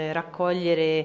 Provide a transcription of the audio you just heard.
raccogliere